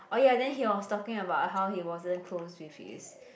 oh ya then he was talking about how he wasn't close with his